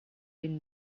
been